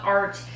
art